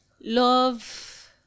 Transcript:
love